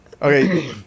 Okay